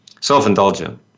self-indulgent